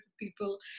people